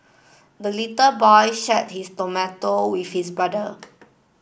the little boy shared his tomato with his brother